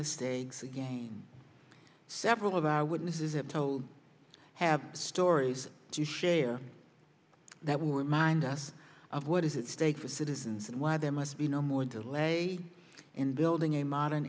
mistakes again several of our witnesses have told have stories to share that will remind us of what is its stake for citizens and why there must be no more delay in building a modern